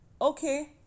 Okay